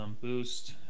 Boost